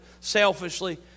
selfishly